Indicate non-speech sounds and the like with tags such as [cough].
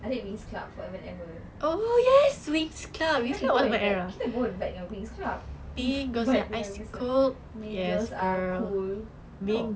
adik winx club forever and ever kan we pun like kita pun vibe dengan winx club [laughs] vibe dengan winx club mean girls are cool no